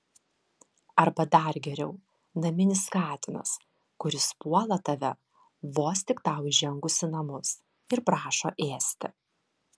arba dar geriau naminis katinas kuris puola tave vos tik tau įžengus į namus ir prašo ėsti